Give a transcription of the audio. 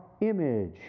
image